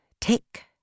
tick